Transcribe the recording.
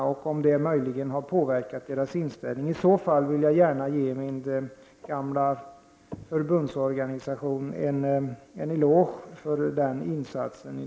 Det har möjligen påverkat partiernas inställning, och i så fall vill jag ge min gamla förbundsorganisation en eloge för den insatsen.